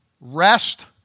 rest